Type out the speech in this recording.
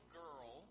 girl